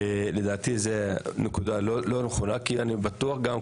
לדעתי זה נקודה לא נכונה כי אני בטוח גם,